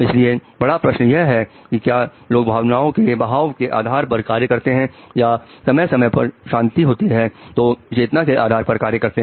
इसलिए बड़ा प्रश्न यह है कि क्या लोग भावनाओं के बहाव के आधार पर कार्य करते हैं या समय समय पर जब शांति होती है तो चेतना के आधार पर कार्य करते हैं